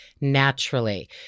naturally